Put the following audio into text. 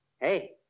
Hey